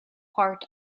part